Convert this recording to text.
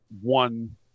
one